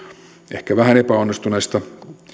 ehkä vähän epäonnistuneista